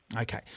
Okay